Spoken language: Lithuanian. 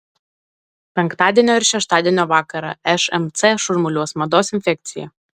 penktadienio ir šeštadienio vakarą šmc šurmuliuos mados infekcija